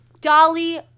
Dolly